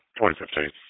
2015